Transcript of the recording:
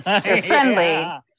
Friendly